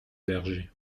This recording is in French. berger